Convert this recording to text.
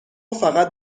فقط